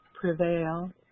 prevail